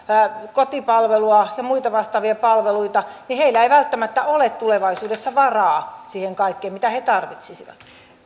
kotipalvelua ja muita vastaavia palveluita ei välttämättä ole tulevaisuudessa varaa siihen kaikkeen mitä he tarvitsisivat